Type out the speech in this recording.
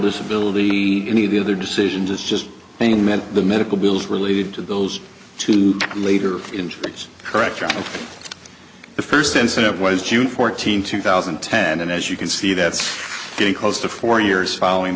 disability any of the other decisions it's just they meant the medical bills related to those two later injuries correct the first incident was june fourteenth two thousand and ten and as you can see that's getting close to four years following